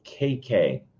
KK